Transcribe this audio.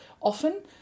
Often